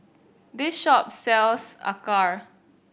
this shop sells Acar